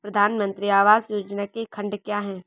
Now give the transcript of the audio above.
प्रधानमंत्री आवास योजना के खंड क्या हैं?